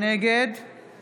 נגד